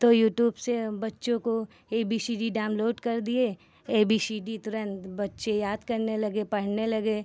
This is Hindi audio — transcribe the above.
तो युट्यूब से बच्चों को A B C D download कर दिए ए बी सी डी तुरन्त बच्चे याद करने लगे पढ़ने लगे